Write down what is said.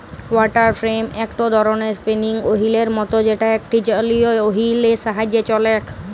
water frame একটো ধরণের spinning ওহীলের মত যেটা একটা জলীয় ওহীল এর সাহায্যে চলেক